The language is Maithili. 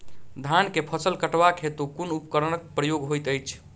धान केँ फसल कटवा केँ हेतु कुन उपकरणक प्रयोग होइत अछि?